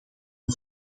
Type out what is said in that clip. een